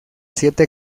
siete